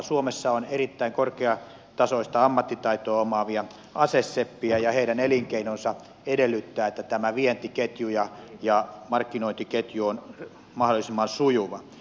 suomessa on erittäin korkeatasoista ammattitaitoa omaavia aseseppiä ja heidän elinkeinonsa edellyttää että tämä vientiketju ja markkinointiketju ovat mahdollisimman sujuvia